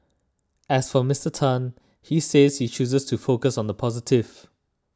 as for Mister Tan he says he chooses to focus on the positive